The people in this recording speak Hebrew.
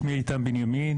שמי איתן בנימין,